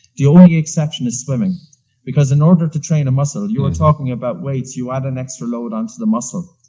the only exception is swimming because in order to train a muscle you are talking about weights. you add an extra load onto the muscle.